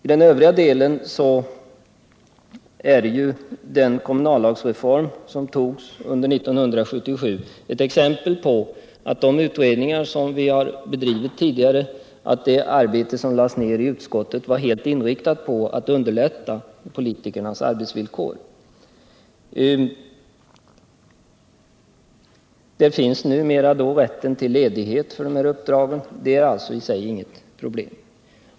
I den övriga delen är den kommunallagsreform som beslöts under 1977 exempel på att det utredningsarbete som vi har bedrivit tidigare och det arbete som utskottet har lagt ned på frågan är helt inriktat på att förbättra politikernas arbetsvillkor. Det finns numera rätt till ledighet för de här uppdragen. Det är alltså i sig inget problem.